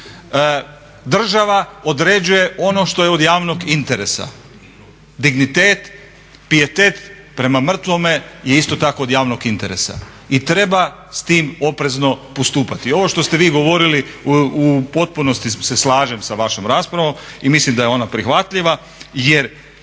Država određuje ono što je od javnog interesa. Dignitet, pijetete prema mrtvome je isto od javnog interesa i treba s tim oprezno postupati. I ovo što ste vi govorili u potpunosti se slažem s vašom raspravom i mislim da je ona prihvatljiva jer